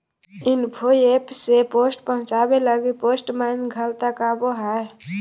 info app से post पहुचावे लगी पोस्टमैन घर तक आवो हय